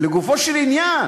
לגופו של עניין